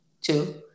two